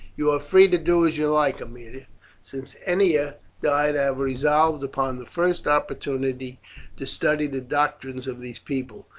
you are free to do as you like, aemilia. since ennia died i have resolved upon the first opportunity to study the doctrines of these people,